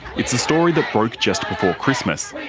it's a story that broke just before christmas,